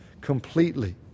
completely